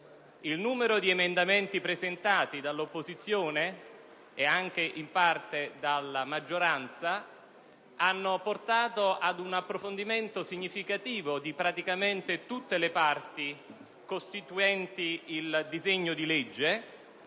Il numero di emendamenti presentati dall'opposizione e in parte anche dalla maggioranza ha portato ad un approfondimento significativo di quasi tutte le parti costituenti il disegno di legge